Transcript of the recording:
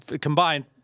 combined